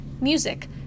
music